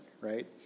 Right